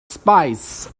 spies